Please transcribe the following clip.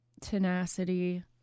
tenacity